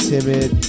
Timid